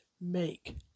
make